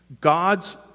God's